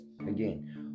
again